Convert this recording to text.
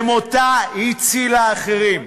במותה הצילה אחרים.